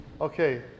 Okay